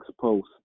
post